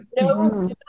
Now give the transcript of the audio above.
no